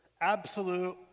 absolute